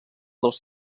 dels